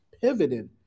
pivoted